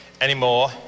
anymore